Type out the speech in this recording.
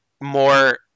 more